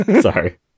Sorry